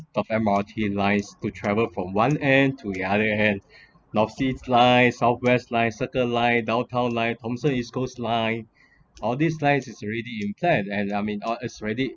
of M_R_T lines to travel from one end to the other end north-east line south-west line circle line downtown line thomson-east coast line all these lines is already in there I meant are already